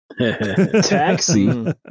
Taxi